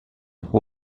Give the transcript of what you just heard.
who